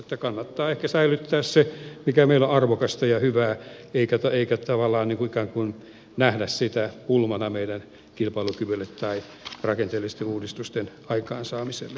kannattaa ehkä säilyttää se mikä meillä on arvokasta ja hyvää eikä tavallaan ikään kuin nähdä sitä pulmana meidän kilpailukyvylle tai rakenteellisten uudistusten aikaansaamiselle